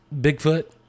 Bigfoot